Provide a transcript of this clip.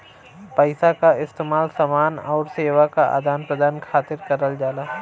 पइसा क इस्तेमाल समान आउर सेवा क आदान प्रदान खातिर करल जाला